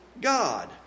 God